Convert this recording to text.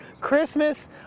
Christmas